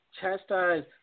chastise